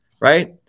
right